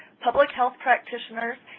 public health practitioners,